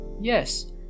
Yes